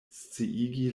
sciigi